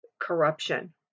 corruption